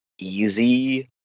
easy